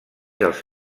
dels